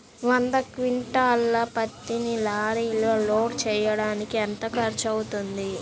వంద క్వింటాళ్ల పత్తిని లారీలో లోడ్ చేయడానికి ఎంత ఖర్చవుతుంది?